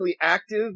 active